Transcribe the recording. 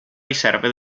riserve